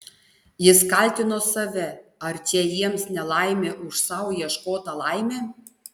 jis kaltino save ar čia jiems nelaimė už sau ieškotą laimę